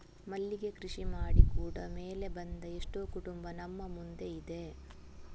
ಮಲ್ಲಿಗೆ ಕೃಷಿ ಮಾಡಿ ಕೂಡಾ ಮೇಲೆ ಬಂದ ಎಷ್ಟೋ ಕುಟುಂಬ ನಮ್ಮ ಮುಂದೆ ಇದೆ